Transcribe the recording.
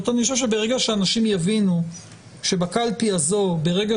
אני חושב שברגע שאנשים יבינו שבקלפי הזאת ברגע